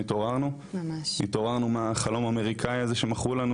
התעוררנו מהחלום האמריקאי הזה שמכרו לנו.